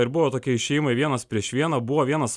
ir buvo tokie išėjimai vienas prieš vieną buvo vienas